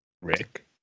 Rick